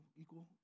equal